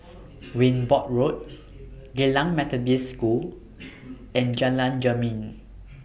Wimborne Road Geylang Methodist School and Jalan Jermin